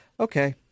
Okay